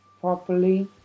properly